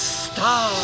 star